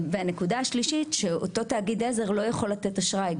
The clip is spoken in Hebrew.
והנקודה השלישית שאותו תאגיד עזר לא יכול לתת אשראי,